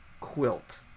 Quilt